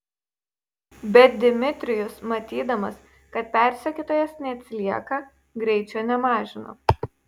bet dmitrijus matydamas kad persekiotojas neatsilieka greičio nemažino